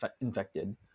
infected